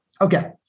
okay